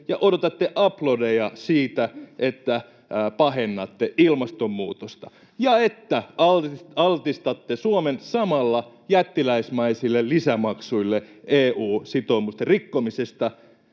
ja odotatte aplodeja siitä, että pahennatte ilmastonmuutosta ja että altistatte Suomen samalla jättiläismäisille lisämaksuille EU-sitoumusten rikkomisesta